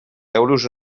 euros